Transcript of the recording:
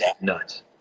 nuts